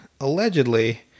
allegedly